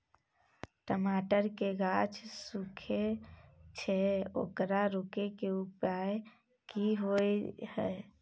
टमाटर के गाछ सूखे छै ओकरा रोके के उपाय कि होय है?